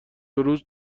روز